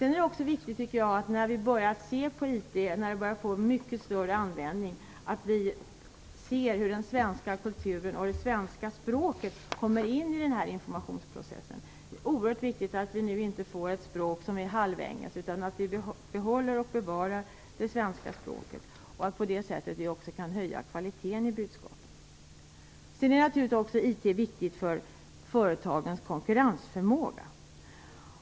När vi börjar få en mycket större användning av IT är det också viktigt att vi ser hur den svenska kulturen och det svenska språket kommer in i den informationsprocessen. Det är oerhört viktigt att vi nu inte får ett språk som är halvengelskt utan att vi behåller och bevarar det svenska språket och att vi på det sättet också kan höja kvaliteten i budskapet. IT är naturligtvis också viktigt för företagens konkurrensförmåga.